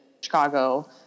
Chicago